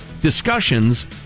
discussions